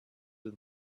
with